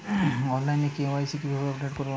অনলাইনে কে.ওয়াই.সি কিভাবে আপডেট করা হয়?